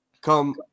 come